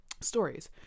stories